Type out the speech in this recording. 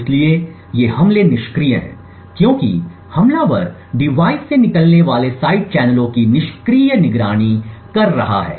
इसलिए ये हमले निष्क्रिय हैं क्योंकि हमलावर डिवाइस से निकलने वाले साइड चैनलों की निष्क्रिय निगरानी कर रहा है